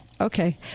Okay